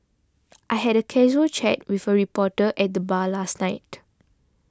I had a casual chat with a reporter at the bar last night